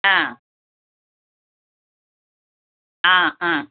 ആ ആ അ